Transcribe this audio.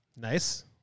Nice